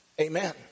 amen